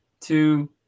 two